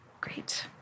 Great